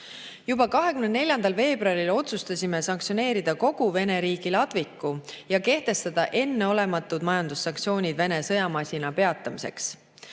24. veebruaril otsustasime sanktsioneerida kogu Vene riigi ladviku ja kehtestada enneolematud majandussanktsioonid Vene sõjamasina peatamiseks.